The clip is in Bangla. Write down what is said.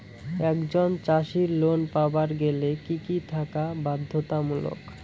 একজন চাষীর লোন পাবার গেলে কি কি থাকা বাধ্যতামূলক?